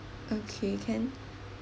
okay can